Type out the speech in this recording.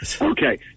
Okay